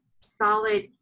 solid